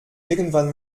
irgendwann